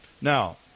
Now